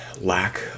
lack